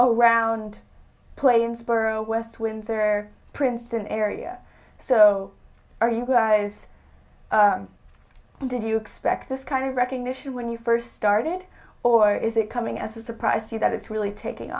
around plainsboro west windsor or princeton area so are you guys did you expect this kind of recognition when you first started or is it coming as a surprise you that it's really taking